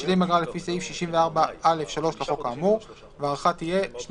ושילם אגרה לפי סעיף 64(א)(3) לחוק האמור 12 חודשים